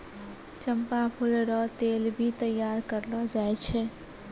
चंपा फूल रो तेल भी तैयार करलो जाय छै